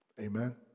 Amen